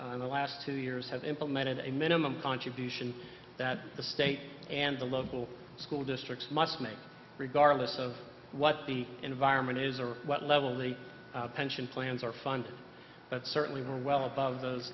in the last two years have implemented a minimum contribution that the states and the local school districts must make regardless of what the environment is or what level the pension plans are funded but certainly we're well above those